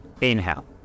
Inhale